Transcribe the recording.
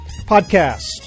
podcast